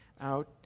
out